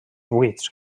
buits